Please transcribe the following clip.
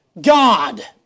God